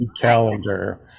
calendar